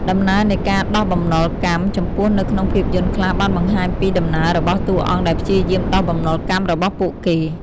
ដំណើរនៃការដោះបំណុលកម្ម ចំពោះនៅក្នុងភាពយន្តខ្លះបានបង្ហាញពីដំណើររបស់តួអង្គដែលព្យាយាមដោះបំណុលកម្មរបស់ពួកគេ។